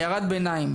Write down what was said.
בהערת ביניים,